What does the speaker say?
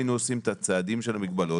עשיתי בדיקה יומית --- אני מוחה לגמרי,